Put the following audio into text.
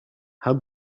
how